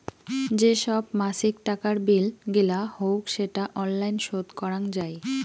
যে সব মাছিক টাকার বিল গিলা হউক সেটা অনলাইন শোধ করাং যাই